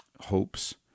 hopes